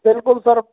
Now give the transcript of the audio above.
बिलकुल सर